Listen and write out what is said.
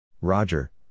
Roger